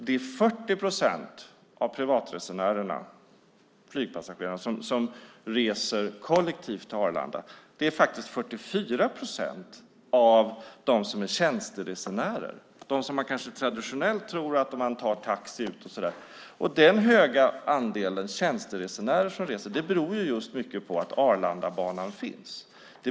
Det är 40 procent av privatresenärerna på flyget som reser kollektivt till Arlanda, och det är faktiskt 44 procent av de som är tjänsteresenärer - de som man kanske traditionellt tror tar taxi. Den höga andelen tjänsteresenärer beror just på att Arlandabanan finns.